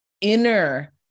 inner